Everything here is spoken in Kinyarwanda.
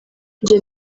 njye